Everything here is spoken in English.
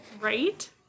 Right